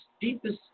deepest